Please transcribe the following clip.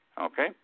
okay